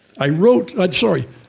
i wrote, sorry,